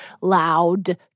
loud